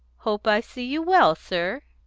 hope i see you well, sir!